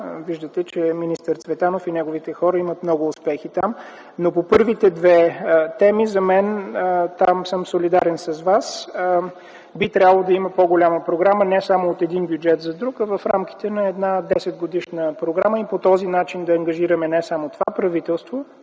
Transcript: Виждате, че министър Цветанов и неговите хора имат много успехи там. По първите две теми – там съм солидарен с Вас, би трябвало да има по-голяма програма, не само в период от един бюджет до друг, а в рамките на един десетгодишен период. По този начин ще ангажираме не само това правителство,